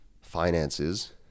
finances